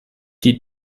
die